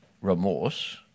remorse